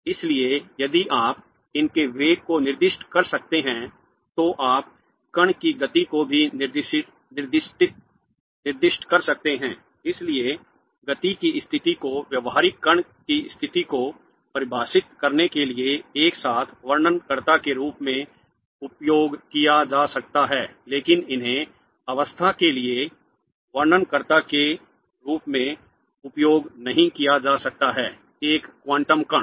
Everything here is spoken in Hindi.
इसलिए यदि आप इनके वेग को निर्दिष्ट कर सकते हैं तो आप कण की गति को भी निर्दिष्ट कर सकते हैं इसलिए गति की स्थिति को व्यवहारिक कण की स्थिति को परिभाषित करने के लिए एक साथ वर्णनकर्ता के रूप में उपयोग किया जा सकता है लेकिन इन्हें राज्य के लिए वर्णनकर्ता के रूप में उपयोग नहीं किया जा सकता है एक क्वांटम कण